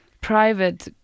private